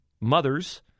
mothers